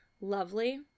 lovely